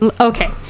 Okay